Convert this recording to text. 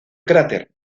cráter